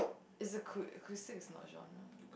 is acou~ acoustics not genre